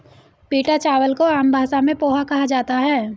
पीटा चावल को आम भाषा में पोहा कहा जाता है